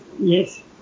yes